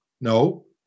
No